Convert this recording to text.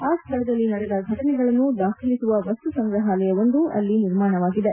ಆ ಸ್ಥಳದಲ್ಲಿ ನಡೆದ ಘಟನೆಗಳನ್ನು ದಾಖಲಿಸುವ ವಸ್ತುಸಂಗ್ರಪಾಲವೊಂದು ಅಲ್ಲಿ ನಿರ್ಮಾಣವಾಗಿದೆ